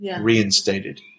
reinstated